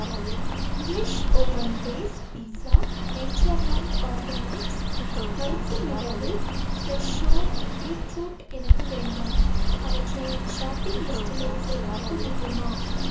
English oven base pizza Natureland Organics கருப்பு மிளகு Fresho beetroot எனக்கு வேண்டாம் அவற்றை என் ஷாப்பிங் லிஸ்டிலிருந்து நீக்க முடியுமா